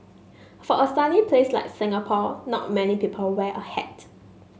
for a sunny place like Singapore not many people wear a hat